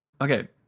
Okay